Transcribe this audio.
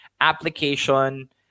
application